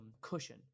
cushion